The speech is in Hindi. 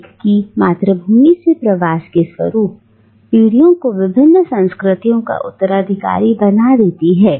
एक की मातृभूमि से प्रवास के स्वरूप आने वाली पीढ़ियों को विभिन्न संस्कृतियों का उत्तराधिकारी बना देती हैं